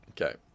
Okay